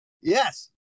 Yes